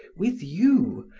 with you,